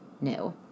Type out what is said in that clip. new